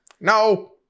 No